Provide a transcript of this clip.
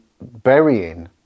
burying